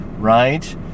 right